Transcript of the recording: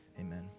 Amen